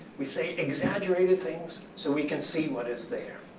we say exaggerating things so we can see what is there.